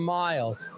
miles